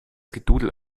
gedudel